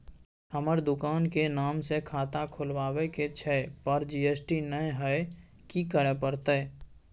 हमर दुकान के नाम से खाता खुलवाबै के छै पर जी.एस.टी नय हय कि करे परतै?